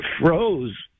froze